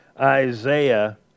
Isaiah